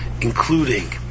including